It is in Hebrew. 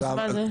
אז מה זה?